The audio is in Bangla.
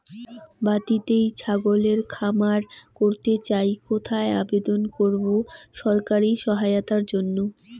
বাতিতেই ছাগলের খামার করতে চাই কোথায় আবেদন করব সরকারি সহায়তার জন্য?